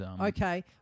okay